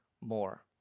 more